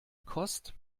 kost